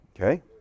Okay